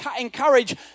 encourage